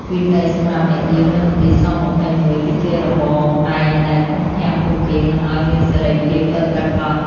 វិន័យសម្រាប់អ្នកយាមនៅមន្ទីរស-២១ គឺជារបងដែកដែលឃុំឃាំងពួកគេមិនឱ្យមានសេរីភាពពិតប្រាកដ។